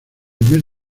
mes